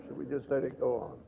we just let it go